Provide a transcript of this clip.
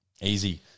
Easy